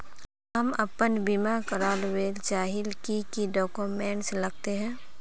हम अपन बीमा करावेल चाहिए की की डक्यूमेंट्स लगते है?